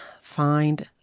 find